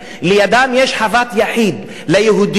לידה יש חוות יחיד ליהודי.